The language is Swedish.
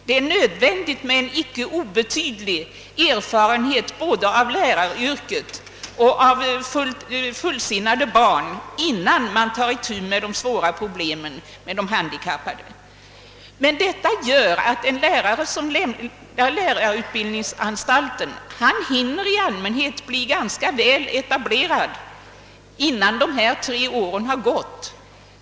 Det är nödvändigt med en icke obetydlig erfarenhet av både läraryrket och av fullsinnade barn, innan man tar itu med de handikappade och deras svåra problem. En blivande speciallärare har hunnit bli ganska väl etablerad innan de tre åren har gått till ända.